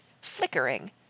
flickering